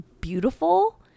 beautiful